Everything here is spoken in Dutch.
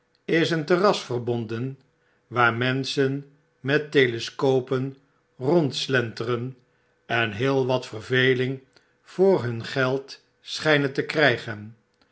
is een terras verbonden waar menschen met telescopen rondslenteren en heel wat verveling voor hun geld schpen te krygen